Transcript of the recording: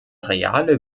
reale